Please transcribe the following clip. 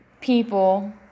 people